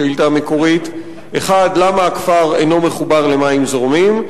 בשאילתא המקורית: 1. למה הכפר אינו מחובר למים זורמים?